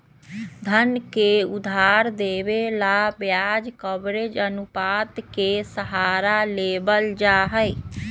धन के उधार देवे ला ब्याज कवरेज अनुपात के सहारा लेवल जाहई